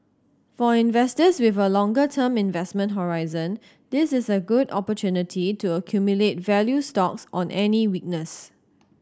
for investors with a longer term investment horizon this is a good opportunity to accumulate value stocks on any weakness